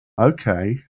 okay